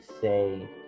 say